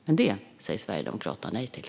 Det säger Sverigedemokraterna nej till.